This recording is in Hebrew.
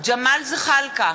ג'מאל זחאלקה,